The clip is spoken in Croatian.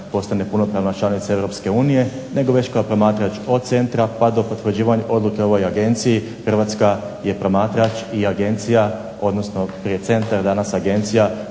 postane punopravna članica Europske unije, nego već kao promatrač od centra pa do potvrđivanja odluke o ovoj agenciji, Hrvatska je promatrač i agencija, odnosno prije centar a danas agencija